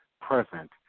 present